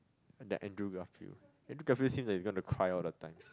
that Andrew-Garfield Andrew-Garfield seems like he gonna cry all the time